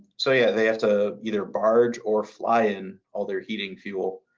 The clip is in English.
so, yeah, they have to either barge or fly in all their heating fuel.